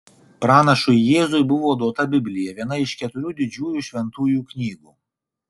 pranašui jėzui buvo duota biblija viena iš keturių didžiųjų šventųjų knygų